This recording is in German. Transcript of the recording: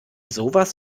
sowas